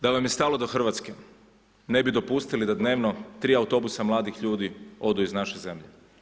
Da vam je stalo do Hrvatske ne bi dopustili da dnevno 3 autobusa mladih ljudi odu iz naše zemlje.